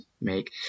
make